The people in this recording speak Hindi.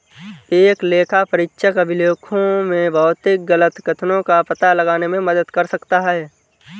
एक लेखापरीक्षक अभिलेखों में भौतिक गलत कथनों का पता लगाने में मदद कर सकता है